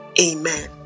Amen